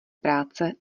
práce